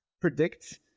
predict